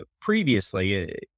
previously